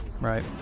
Right